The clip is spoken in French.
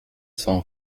cent